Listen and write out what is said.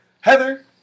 Heather